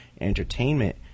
entertainment